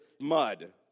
mud